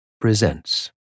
presents